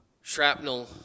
shrapnel